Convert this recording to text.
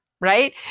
right